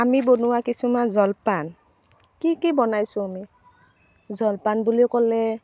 আমি বনোৱা কিছুমান জলপান কি কি বনাইছোঁ আ মি জলপান বুলি ক'লে